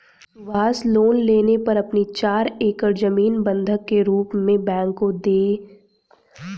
Subhash loan लेने पर अपनी चार एकड़ जमीन बंधक के रूप में बैंक को दें